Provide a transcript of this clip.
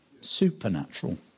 Supernatural